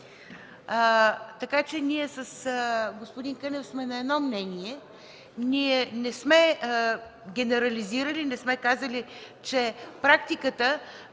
Така че ние с господин Кънев сме на едно мнение. Ние не сме генерализирали, не сме казали, че практиката